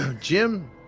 Jim